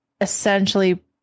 essentially